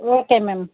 okay ma'am